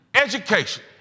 Education